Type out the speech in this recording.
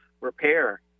repair